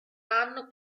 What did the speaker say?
anno